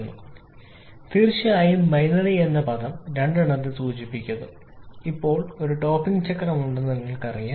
slide കാണുക 0553 തീർച്ചയായും binary എന്ന പദം രണ്ടെണ്ണത്തെ സൂചിപ്പിക്കുന്നു ഇപ്പോൾ ഒരു ടോപ്പിംഗ് ചക്രം ഉണ്ടെന്ന് നിങ്ങൾക്കറിയാം